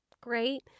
great